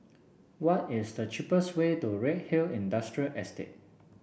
what is the cheapest way to Redhill Industrial Estate